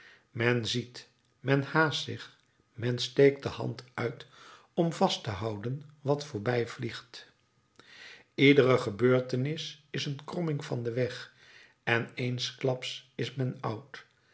men ziet men haast zich men steekt de hand uit om vast te houden wat voorbijvliegt iedere gebeurtenis is een kromming van den weg en eensklaps is men oud